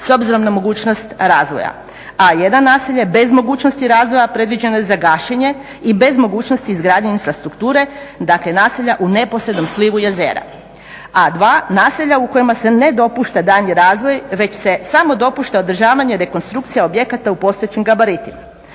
s obzirom na mogućnost razvoja a jedan naselje bez mogućnosti razvoja predviđene za gašenje i bez mogućnosti izgradnje infrastrukture dakle naselja u neposrednom slivu jezera. A dva naselja u kojima se ne dopušta daljnji razvoj već se samo dopušta održavanje rekonstrukcija objekata u postojećim gabaritima.